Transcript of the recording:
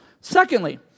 Secondly